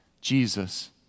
Jesus